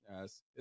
Yes